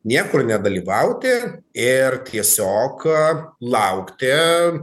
niekur nedalyvauti ir tiesiog laukti